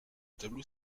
tableau